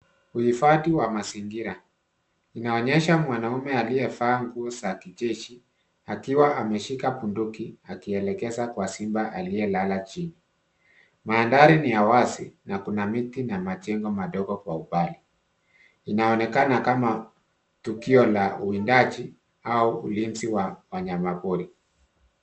Uhifadhi wa mazingira. Inaonyesha mwanaume aliyevaa nguo za kijeshi, akiwa ameshika bunduki akielekeza kwa simba aliyelala chini. Mandhari ni ya wazi na kuna miti na majengo madogo kwa umbali. Inaonekana kama tukio la uwindaji au ulinzi wa wanyama pori.